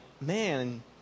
man